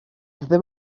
ddim